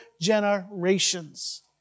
generations